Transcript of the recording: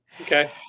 okay